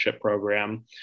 program